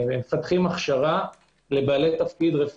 מפתחים הכשרה לרפרנטים